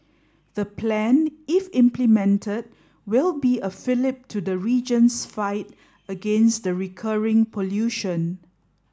the plan if implemented will be a fillip to the region's fight against the recurring pollution